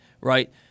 right